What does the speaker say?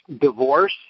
divorce